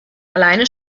alleine